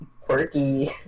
quirky